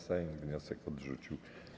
Sejm wniosek odrzucił.